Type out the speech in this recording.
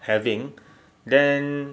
having then